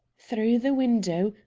through the window,